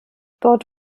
dort